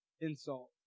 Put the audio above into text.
Insult